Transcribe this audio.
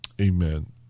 amen